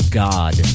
god